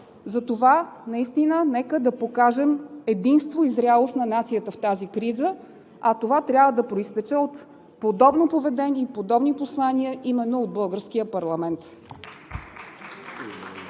животи! Нека да покажем единство и зрялост на нацията в тази криза, а това трябва да произтече от подобно поведение и подобни послания именно от българския парламент.